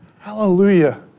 Hallelujah